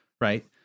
right